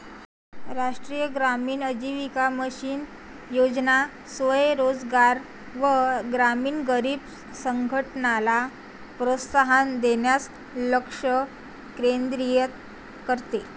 राष्ट्रीय ग्रामीण आजीविका मिशन योजना स्वयं रोजगार व ग्रामीण गरीब संघटनला प्रोत्साहन देण्यास लक्ष केंद्रित करते